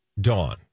Dawn